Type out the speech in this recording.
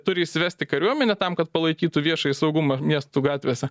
turi įsivesti kariuomenę tam kad palaikytų viešąjį saugumą miestų gatvėse